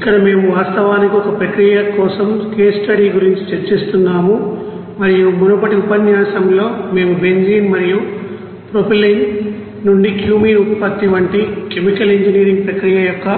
ఇక్కడ మేము వాస్తవానికి ఒక ప్రక్రియ కోసం కేస్ స్టడీ గురించి చర్చిస్తున్నాము మరియు మునుపటి ఉపన్యాసంలో మేము బెంజీన్ మరియు ప్రొపైలీన్ నుండి క్యూమీన్ ఉత్పత్తి వంటి కెమికల్ ఇంజనీరింగ్ ప్రక్రియ యొక్క